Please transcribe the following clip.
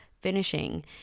finishing